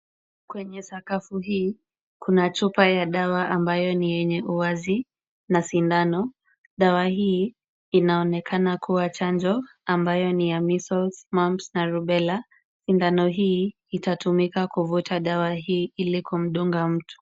Kwenye sakafu hii kuna chupa ya dawa ambayo ni yenye uwazi na sindano. Dawa hii inaonekana kuwa chanjo ambayo ni ya Measles, Mumps na Rubella . Sindano hii itatumika kuvuta dawa hii ili kumdunga mtu.